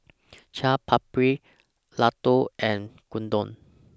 Chaat Papri Ladoo and Gyudon